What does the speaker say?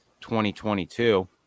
2022